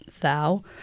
thou